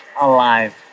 alive